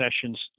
sessions